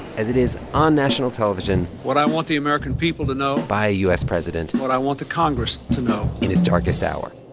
as it is on national television. what i want the american people to know. by a u s. president. what i want the congress to know. in his darkest hour.